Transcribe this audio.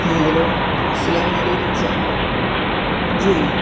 ہاں ہیلو السلام علیکم سر جی